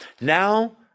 Now